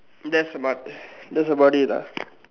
that's about that's about it lah